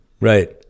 Right